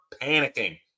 panicking